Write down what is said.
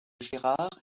gérard